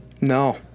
No